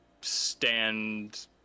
stand